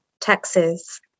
Texas